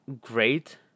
great